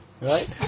right